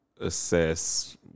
assess